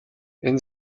энэ